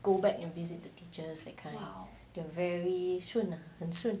go back and visit the teachers that kind !wow! they're very 顺很顺